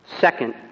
Second